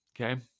Okay